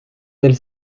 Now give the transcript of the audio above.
celle